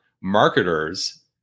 marketers